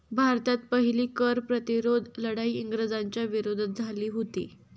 भारतात पहिली कर प्रतिरोध लढाई इंग्रजांच्या विरोधात झाली हुती